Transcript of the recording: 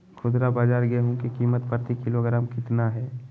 खुदरा बाजार गेंहू की कीमत प्रति किलोग्राम कितना है?